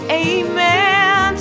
amen